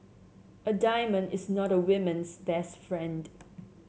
a diamond is not a woman's best friend